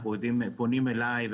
פונים אליי,